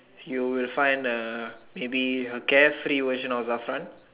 you will find uh maybe a carefree version of last time